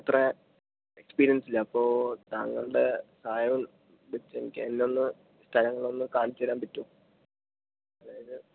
അത്ര എക്സ്പീരിയൻസ് ഇല്ല അപ്പോൾ താങ്കളുടെ സഹായം വച്ച് എനിക്ക് എല്ലാം ഒന്ന് സ്ഥലങ്ങൾ ഒന്ന് കാണിച്ച് തരാൻ പറ്റുമോ അതായത്